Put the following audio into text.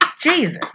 Jesus